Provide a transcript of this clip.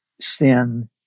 sin